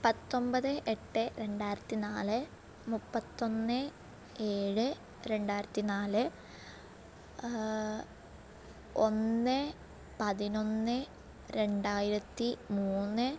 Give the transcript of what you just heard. പത്തൊമ്പത് എട്ട് രണ്ടായിരത്തി നാല് മുപ്പത്തൊന്ന് ഏഴ് രണ്ടായിരത്തി നാല് ഒന്ന് പതിനൊന്ന് രണ്ടായിരത്തി മൂന്ന്